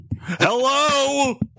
Hello